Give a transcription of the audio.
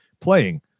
playing